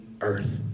earth